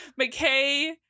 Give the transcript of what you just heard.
McKay